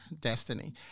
destiny